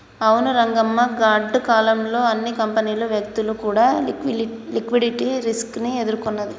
అవును రంగమ్మ గాడ్డు కాలం లో అన్ని కంపెనీలు వ్యక్తులు కూడా లిక్విడిటీ రిస్క్ ని ఎదుర్కొన్నది